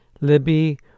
Libby